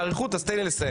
אולי תיתנו לו לדבר?